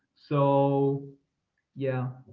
so yeah,